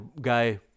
guy